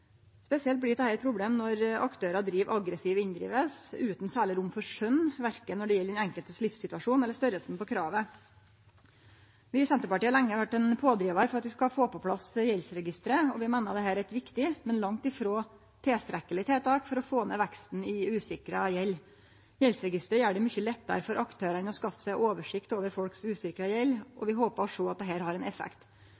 Spesielt blir dette eit problem når aktørar driv aggressiv inndriving utan særleg rom for skjøn verken når det gjeld den enkeltes livssituasjon eller størrelsen på kravet. Vi i Senterpartiet har lenge vore ein pådrivar for at vi skal få på plass gjeldsregisteret. Vi meiner dette er eit viktig, men langt frå tilstrekkeleg, tiltak for å få ned veksten i usikra gjeld. Gjeldsregisteret gjer det mykje lettare for aktørane å skaffe seg oversikt over folks usikra gjeld, og